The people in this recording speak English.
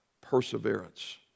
Perseverance